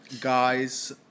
guys